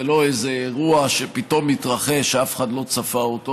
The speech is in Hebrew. זה לא איזה אירוע שפתאום מתרחש ואף אחד לא צפה אותו.